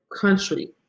country